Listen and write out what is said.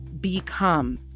become